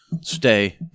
stay